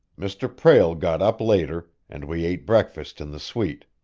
mr. prale got up later, and we ate breakfast in the suite.